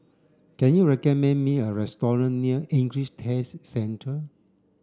can you recommend me a restaurant near English Test Centre